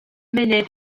munud